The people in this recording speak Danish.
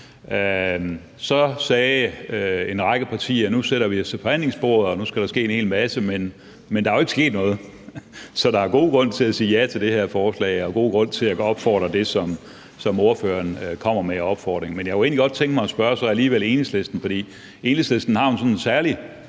Så sagde en række partier: Nu sætter vi os ved forhandlingsbordet, og nu skal der ske en hel masse. Men der er jo ikke sket noget. Så der er god grund til at sige ja til det her forslag, og der er god grund til at opfordre til det, som ordføreren gør. Men jeg kunne egentlig godt tænke mig at spørge Enhedslisten om noget alligevel. For Enhedslisten har jo sådan en særlig